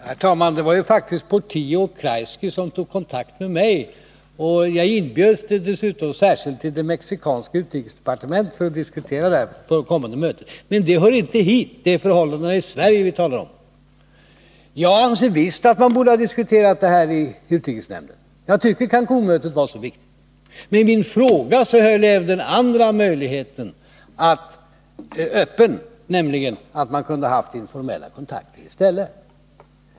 Herr talman! Det var ju faktiskt Portillo och Kreisky som tog kontakt med mig, och jag inbjöds dessutom särskilt till det mexikanska utrikesdepartementet för att diskutera där inför det kommande mötet. Men det hör inte hit —- det är förhållandena i Sverige vi talar om. Jag anser visst att man borde ha diskuterat frågan i utrikesnämnden. Jag tycker att Cancunmötet var så viktigt. Men i min fråga höll jag ju även den andra möjligheten öppen, nämligen att man kunde ha haft informella kontakter i stället.